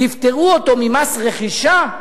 תפטרו אותו ממס רכישה,